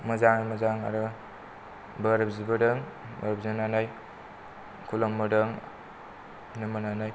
मोजाङै मोजां आरो बोर बिबोदों बोर बिनानै खुलुमबोदों खुलुमबोनानै